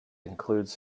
includes